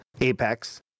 Apex